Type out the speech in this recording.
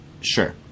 Sure